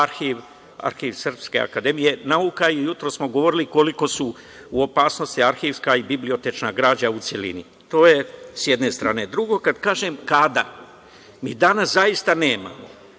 Arhiv Srpske akademije nauka. Jutros smo govorili koliko su u opasnosti arhivska i bibliotečna građa, u celini. To je s jedne strane. Drugo, kad kažem – kadar, mi danas zaista nemamo